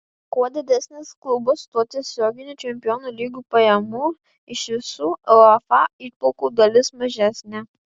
kuo didesnis klubas tuo tiesioginių čempionų lygos pajamų iš visų uefa įplaukų dalis mažesnė